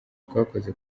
twakoze